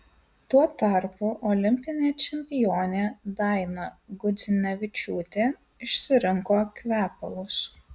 tuo tarpu olimpinė čempionė daina gudzinevičiūtė išsirinko kvepalus